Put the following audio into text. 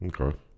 Okay